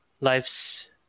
life's